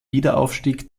wiederaufstieg